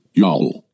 y'all